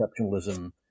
exceptionalism